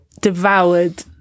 devoured